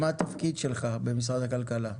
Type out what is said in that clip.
מה התפקיד שלך במשרד הכלכלה?